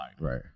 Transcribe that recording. Right